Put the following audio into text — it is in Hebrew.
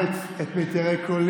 מה שאילץ אותי לאמץ את מיתרי קולי.